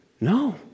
no